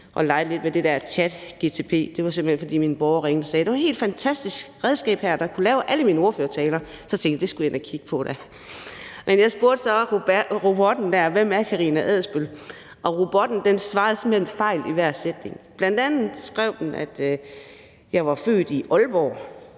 og leget lidt med det der ChatGPT, simpelt hen fordi min bror ringede og sagde, at det var et helt fantastisk redskab, der kunne lave alle mine ordførertaler. Så tænkte jeg, at det skulle jeg da kigge på, og jeg spurgte så robotten: Hvem er Karina Adsbøl? Og robotten svarede simpelt hen fejl i hver sætning. Bl.a. skrev den, at jeg var født i Aalborg.